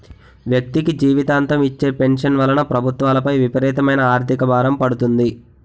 వ్యక్తికి జీవితాంతం ఇచ్చే పెన్షన్ వలన ప్రభుత్వాలపై విపరీతమైన ఆర్థిక భారం పడుతుంది